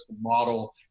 model